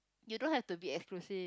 you don't have to be exclusive